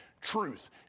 Truth